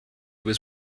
was